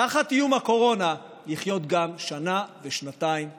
תחת איום הקורונה, לחיות גם שנה ושנתיים קדימה.